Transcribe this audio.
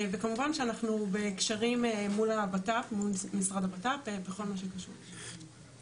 כמובן שאנחנו בקשרים מול המשרד לביטחון פנים בכל מה שקשור לזה.